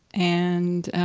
and